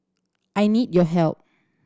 I need your help